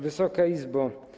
Wysoka Izbo!